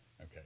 Okay